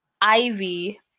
Ivy